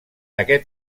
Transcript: aquest